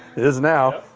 is now.